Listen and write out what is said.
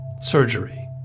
Surgery